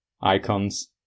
icons